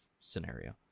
scenario